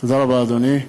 תודה רבה, אדוני.